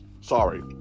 Sorry